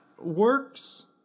works